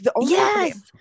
Yes